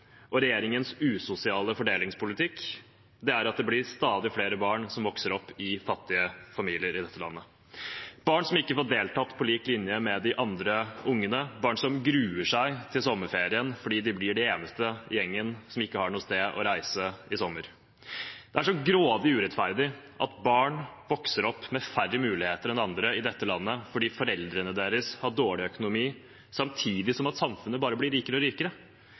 og regjeringens usosiale fordelingspolitikk er at det blir stadig flere barn som vokser opp i fattige familier i dette landet, barn som ikke får deltatt på lik linje med de andre ungene, barn som gruer seg til sommerferien fordi de blir de eneste i gjengen som ikke har noe sted å reise til i sommer. Det er så grådig urettferdig at barn vokser opp med færre muligheter enn andre i dette landet fordi foreldrene deres har dårlig økonomi, samtidig som samfunnet bare blir rikere og rikere.